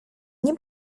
nie